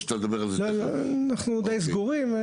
אנחנו די סגורים.